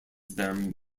them